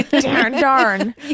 Darn